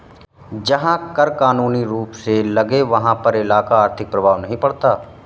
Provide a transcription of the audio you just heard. जहां कर कानूनी रूप से लगे वहाँ पर इसका आर्थिक प्रभाव नहीं पड़ता